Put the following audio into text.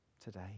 today